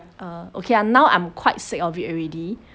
err okay lah now I'm quite sick of it already